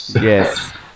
Yes